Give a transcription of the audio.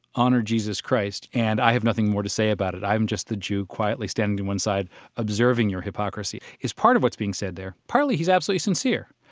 honor jesus christ. and i have nothing more to say about it. i'm just a jew quietly standing to one side observing your hypocrisy, is part of what's being said there. partly, he's absolutely sincere.